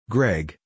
Greg